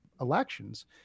elections